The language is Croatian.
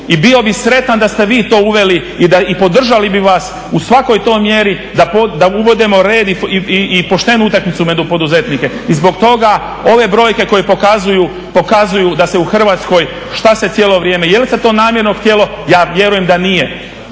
I bio bih sretan da ste vi to uveli i podržali bi vas u svakoj toj mjeri da uvodimo red i poštenu utakmicu među poduzetnike i zbog toga ove brojke koje pokazuju, pokazuju da se u Hrvatskoj, što se cijelo vrijeme, je li se to namjerno htjelo, ja vjerujem da nije,